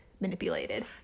manipulated